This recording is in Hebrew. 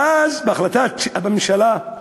ואז בהחלטת הממשלה,